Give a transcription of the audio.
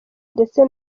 ndetse